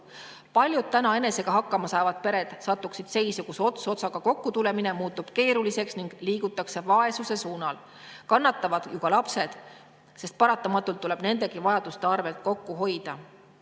Paljud täna enesega hakkama saavad pered satuksid seisu, kus ots otsaga kokku tulemine muutub keeruliseks ning liigutakse vaesuse suunal. Kannatavad ju ka lapsed, sest paratamatult tuleb nendegi vajaduste arvelt kokku